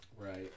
Right